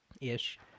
ish